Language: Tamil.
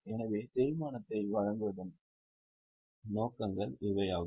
எனவே தேய்மானத்தை வழங்குவதன் நோக்கங்கள் இவையாகும்